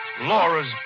Laura's